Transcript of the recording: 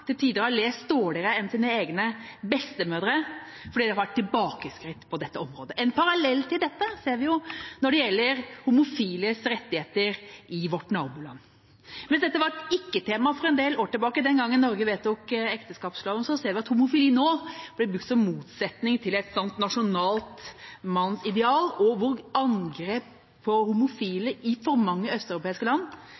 til tider har lest dårligere enn sine egne bestemødre, fordi det har vært tilbakeskritt på dette området. En parallell til dette ser vi når det gjelder homofiles rettigheter i vårt naboland. Mens dette var et ikke-tema for en del år tilbake den gangen Norge vedtok ekteskapsloven, ser vi at homofili nå blir brukt som motsetning til et slikt nasjonalt mannsideal, og angrep på homofile i for mange østeuropeiske land